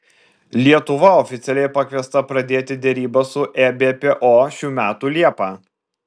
lietuva oficialiai pakviesta pradėti derybas su ebpo šių metų liepą